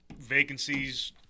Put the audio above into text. vacancies